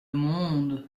monde